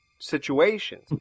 situations